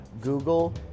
Google